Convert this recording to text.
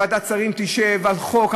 ועדת שרים תשב על חוק,